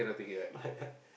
like